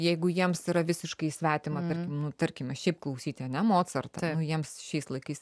jeigu jiems yra visiškai svetima tarkim tarkime šiaip klausyti ane mocartą nu jiems šiais laikais